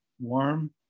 warm